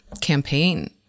campaign